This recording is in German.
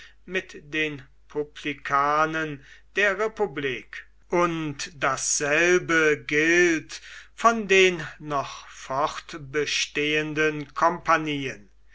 mit den publikanen der republik und dasselbe gilt von den noch fortbestehenden kompagnien